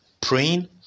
praying